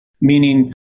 meaning